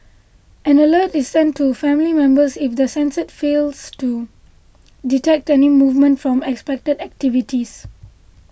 an alert is sent to family members if the sensors fails to detect any movement from expected activities